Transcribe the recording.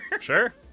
Sure